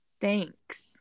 Thanks